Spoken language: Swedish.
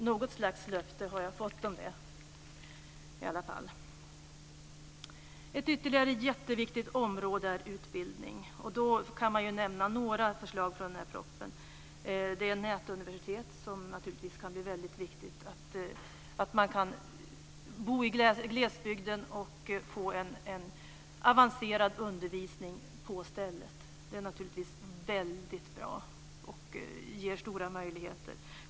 Jag har i alla fall fått något slags löfte om det. Ytterligare ett jätteviktigt område är utbildning. Låt mig nämna några förslag i propositionen. Nätuniversitetet kan bli väldigt betydelsefullt. Det gör att man kan bo i glesbygd och på platsen få en avancerad undervisning. Det är naturligtvis väldigt bra och ger stora möjligheter.